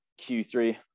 Q3